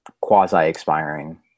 quasi-expiring